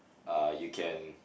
uh you can